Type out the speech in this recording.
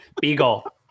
Beagle